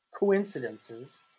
Coincidences